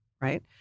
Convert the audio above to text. Right